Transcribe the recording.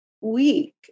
week